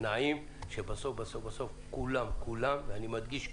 מסע נעים שבסוף בסוף כולם -ואני מדגיש,